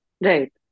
Right